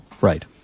Right